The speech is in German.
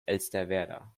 elsterwerda